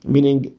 Meaning